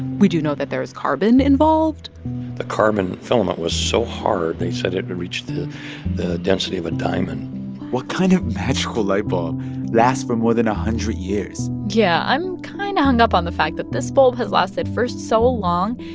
we do know that there is carbon involved the carbon filament was so hard, they said it reached the the density of a diamond what kind of magical light bulb lasts for more than a hundred years? yeah. i'm kind of hung up on the fact that this bulb has lasted for so long.